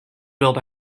build